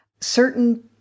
certain